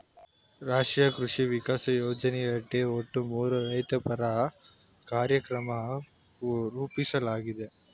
ರಾಷ್ಟ್ರೀಯ ಕೃಷಿ ವಿಕಾಸ ಯೋಜನೆಯಡಿ ಒಟ್ಟು ಮೂರು ರೈತಪರ ಕಾರ್ಯಕ್ರಮನ ರೂಪಿಸ್ಲಾಗಿದೆ